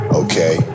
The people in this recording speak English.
okay